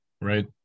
right